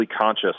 conscious